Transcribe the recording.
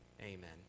Amen